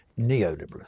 Neoliberalism